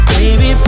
Baby